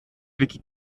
wiki